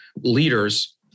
leaders